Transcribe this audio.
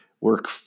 work